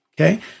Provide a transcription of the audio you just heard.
Okay